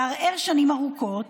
לערער שנים ארוכות,